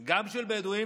וגם של בדואים,